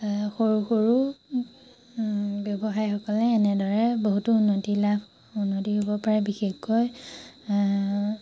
এ সৰু সৰু আ ব্যৱসায়ীসকলে এনেদৰে বহুতো উন্নতি লাভ উন্নতি কৰিব পাৰে বিশেষকৈ